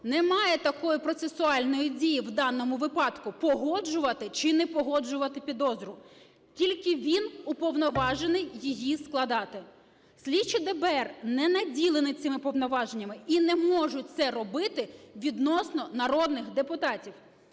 Немає такої процесуальної дії в даному випадку – погоджувати чи не погоджувати підозру, тільки він уповноважений її складати. Слідчі ДБР не наділені цими повноваженнями і не можуть це робити відносно народних депутатів.